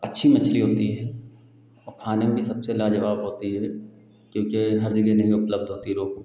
अच्छी मछली होती है और खाने में सबसे लाज़वाब होती है क्योंकि हर जगह नहीं उपलब्ध होती रोहू